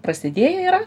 prasidėję yra